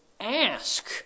ask